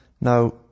Now